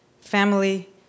family